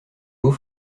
haut